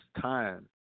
time